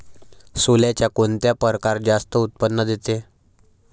सोल्याचा कोनता परकार जास्त उत्पन्न देते?